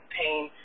pain